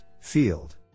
field